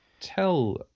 tell